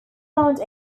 found